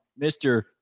Mr